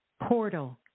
portal